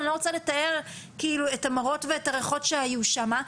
אני לא רוצה לתאר את המראות ואת הריחות שהיו שם,